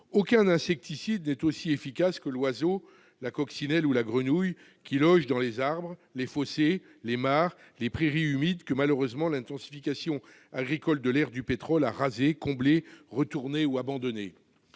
Aucun insecticide n'est aussi efficace que l'oiseau, la coccinelle ou la grenouille qui loge dans les arbres, les fossés, les mares, les prairies humides que, malheureusement, l'intensification agricole de l'ère du pétrole a rasés, comblés, retournés ou abandonnés.